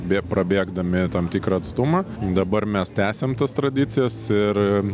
bė prabėgdami tam tikrą atstumą dabar mes tęsiam tas tradicijas ir